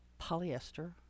polyester